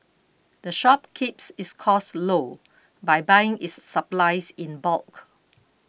the shop keeps its costs low by buying its supplies in bulk